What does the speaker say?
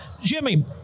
Jimmy